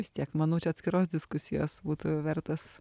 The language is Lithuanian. vis tiek manau čia atskiros diskusijos būtų vertas